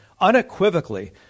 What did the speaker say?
unequivocally